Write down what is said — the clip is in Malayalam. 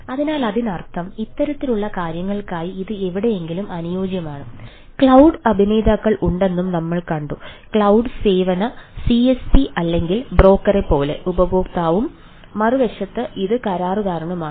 അതിനാൽ അതിനർത്ഥം ഇത്തരത്തിലുള്ള കാര്യങ്ങൾക്കായി ഇത് എവിടെയെങ്കിലും അനുയോജ്യമാണ് ക്ലൌഡ് സേവന സിഎസ്പി അല്ലെങ്കിൽ ബ്രോക്കറെപ്പോലെ ഉപഭോക്താവും മറുവശത്ത് ഇത് കരാറുകാരനാണ്